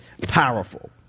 Powerful